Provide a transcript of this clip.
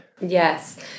Yes